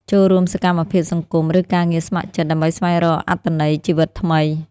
ចូលរួមសកម្មភាពសង្គម ឬការងារស្ម័គ្រចិត្ត ដើម្បីស្វែងរកអត្ថន័យជីវិតថ្មី។